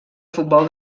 futbol